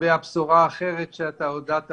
לגבי הבשורה האחרת שאתה הודעת